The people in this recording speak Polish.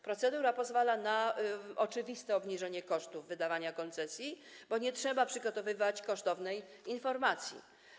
Procedura pozwala na oczywiste obniżenie kosztów wydawania koncesji, bo nie trzeba przygotowywać kosztownej informacji.